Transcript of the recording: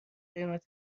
قیمت